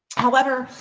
however,